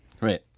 Right